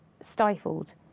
stifled